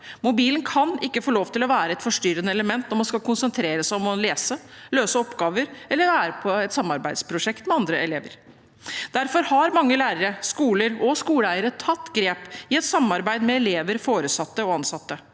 Mobilen kan ikke få lov til å være et forstyrrende element når man skal konsentrere seg om å lese, løse oppgaver eller være med på et samarbeidsprosjekt med andre elever. Derfor har mange lærere, skoler og skoleeiere tatt grep i samarbeid med elever, foresatte og ansatte.